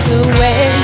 away